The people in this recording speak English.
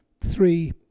three